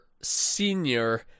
senior